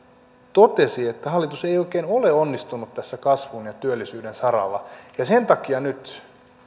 totesi että hallitus ei oikein ole onnistunut tässä kasvun ja työllisyyden saralla ja sen takia nyt